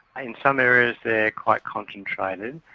in some areas they're quite concentrated,